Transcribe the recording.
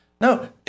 No